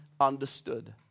understood